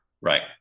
Right